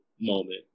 moment